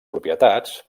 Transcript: propietats